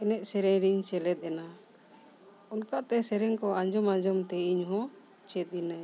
ᱮᱱᱮᱡ ᱥᱮᱨᱮᱧ ᱨᱤᱧ ᱥᱮᱞᱮᱫ ᱮᱱᱟ ᱚᱱᱠᱟᱛᱮ ᱥᱮᱨᱮᱧ ᱠᱚ ᱟᱸᱡᱚᱢ ᱟᱸᱡᱚᱢ ᱛᱮ ᱤᱧ ᱦᱚᱸ ᱪᱮᱫ ᱤᱱᱟᱹᱧ